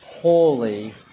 holy